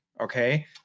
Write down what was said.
Okay